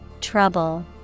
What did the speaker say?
Trouble